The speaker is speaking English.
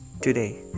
today